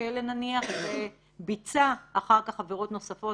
מהכלא וביצע אחר כך עבירות נוספות,